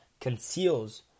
conceals